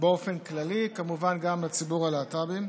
באופן כללי, כמובן גם לציבור הלהט"בים.